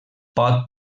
pot